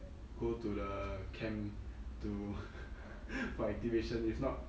go to the camp to for activation if not